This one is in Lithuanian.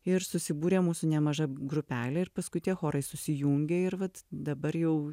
ir susibūrė mūsų nemaža grupelė ir paskui tie chorai susijungė ir vat dabar jau